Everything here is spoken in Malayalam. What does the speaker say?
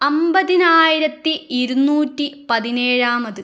അമ്പതിനായിരത്തി ഇരുനൂറ്റി പതിനേഴാമത്